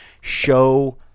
Show